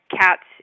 cats